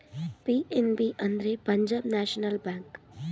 PNB ಅಂದ್ರೆ Punjab national bank